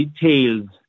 details